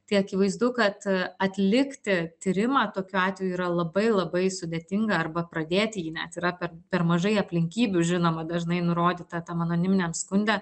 tai akivaizdu kad atlikti tyrimą tokiu atveju yra labai labai sudėtinga arba pradėti jį net yra per per mažai aplinkybių žinoma dažnai nurodyta tam anoniminiam skunde